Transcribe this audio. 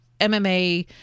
MMA